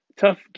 Tough